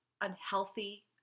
unhealthy